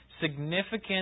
significant